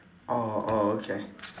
orh orh okay